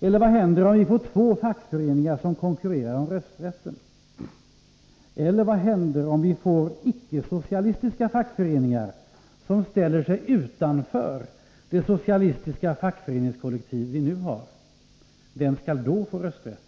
Eller vad händer om vi får två fackföreningar som konkurrerar om rösträtten? Eller vad händer om vi får icke-socialistiska fackföreningar, som ställer sig utanför det socialistiska fackföreningskollektiv vi nu har? Vem skall då få rösträtt?